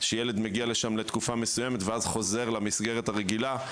שילד מגיע לשם לתקופה מסוימת ואז חוזר למסגרת הרגילה.